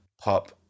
pop